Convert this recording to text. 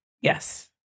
Yes